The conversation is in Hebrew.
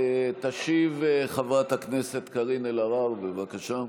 תשיב חברת הכנסת קארין אלהרר, בבקשה.